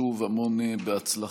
שוב, המון הצלחה.